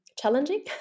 challenging